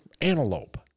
antelope